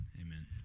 amen